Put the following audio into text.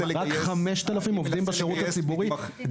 ורק 5,000 עובדים בשירות הציבורי.